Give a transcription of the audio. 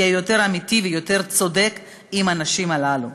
יהיה יותר אמיתי ויותר צודק עם הנשים הללו.